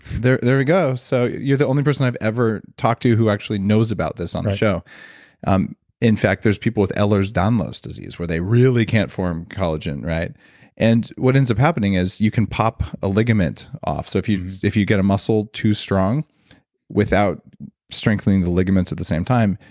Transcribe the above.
there there we go. so you're the only person i've ever talked to who actually knows about this on the show right um in fact, there's people with ehlers-danlos disease where they really can't form collagen and what ends up happening is you can pop a ligament off. so if you if you get a muscle too strong without strengthening the ligaments at the same time,